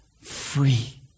free